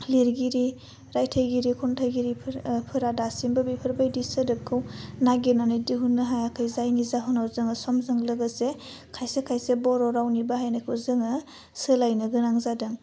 लिरगिरि रायथाइगिरि खन्थाइगिरिफोर फोरा दासिमबो बेफोरबायदि सोदोबखौ नागिरनानै दिहुननो हायाखै जायनि जाहोनाव जोङो समजों लोगोसे खायसे खायसे बर' रावनि बाहायनायखौ जोङो सोलायनो गोनां जादों